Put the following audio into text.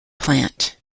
plant